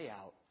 out